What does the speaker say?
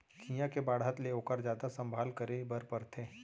चियॉ के बाढ़त ले ओकर जादा संभाल करे बर परथे